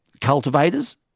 cultivators